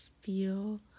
feel